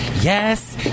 Yes